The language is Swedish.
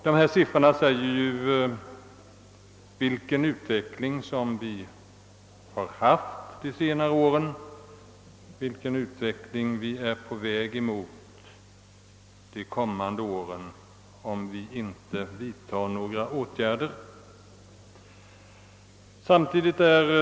Dessa siffror för de senaste åren visar vilken utveckling vi är på väg emot om vi inte vidtar några åtgärder.